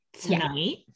tonight